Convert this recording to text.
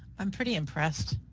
i'm pretty impressed.